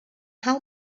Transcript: how